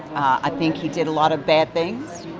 i think he did a lot of bad things,